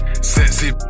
Sexy